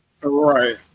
Right